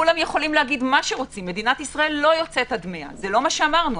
זה לא מה שאמרנו.